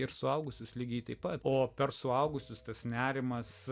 ir suaugusius lygiai taip pat o per suaugusius tas nerimas